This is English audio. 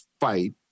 fight